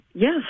Yes